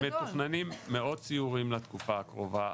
מתוכננים מאות סיורים לתקופה הקרובה.